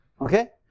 Okay